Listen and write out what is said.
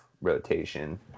rotation